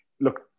look